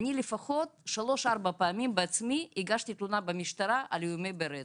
אני לפחות שלוש-ארבע פעמים הגשתי בעצמי תלונה במשטרה על איומים ברצח.